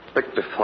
Victor